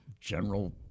general